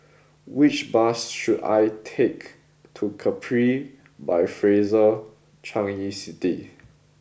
which bus should I take to Capri by Fraser Changi City